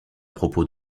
propos